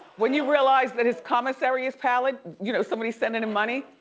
when you realized that his commissary is palette, you know, somebody's sending him money.